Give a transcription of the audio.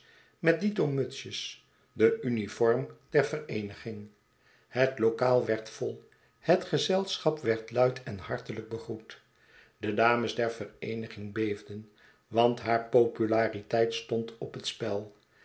met dito mutsjes de uniform der vereeniging het lokaal werd vol het gezeischap werd luid en hartelijk begroet de dames der vereeniging beefden want haar populariteit stond op het spel